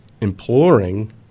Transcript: imploring